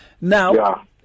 Now